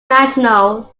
national